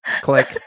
Click